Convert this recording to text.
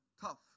tough